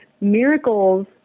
miracles